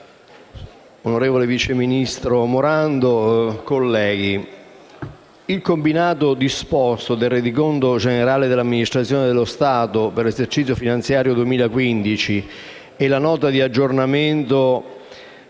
signor vice ministro Morando, colleghi, l'esame del Rendiconto generale dell'amministrazione dello Stato per l'esercizio finanziario 2015 e della Nota di aggiornamento